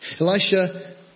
Elisha